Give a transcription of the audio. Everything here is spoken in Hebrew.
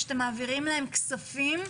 שאתם מעבירים להם כספים,